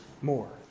more